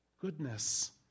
goodness